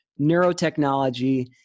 neurotechnology